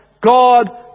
God